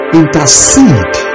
intercede